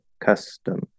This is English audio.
custom